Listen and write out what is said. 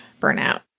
burnout